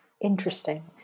Interesting